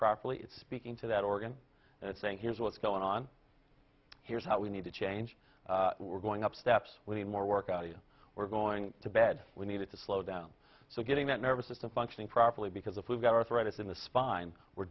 properly it's speaking to that organ and saying here's what's going on here's how we need to change we're going up steps will be more work out you were going to bed we needed to slow down so getting that nervous system functioning properly because if we've got arthritis in the spine we're